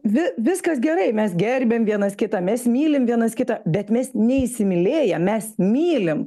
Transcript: vi viskas gerai mes gerbiam vienas kitą mes mylim vienas kitą bet mes neįsimylėję mes mylim